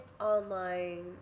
Online